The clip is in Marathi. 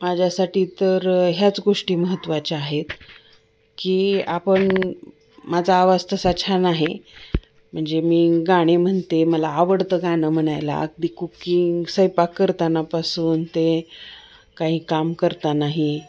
माझ्यासाठी तर ह्याच गोष्टी महत्त्वाच्या आहेत की आपण माझा आवाज तसा छान आहे म्हणजे मी गाणे म्हणते मला आवडतं गणं म्हणायला अगदी कुकींग स्वैपाक करतानापासून ते काही काम करतानाही